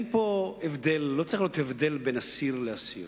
לא צריך להיות הבדל בין אסיר לאסיר.